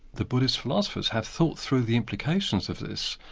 the buddhist philosophers have thought through the implications of this,